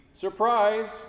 surprise